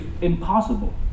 impossible